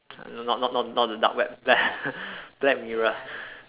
not not not the dark web black mirror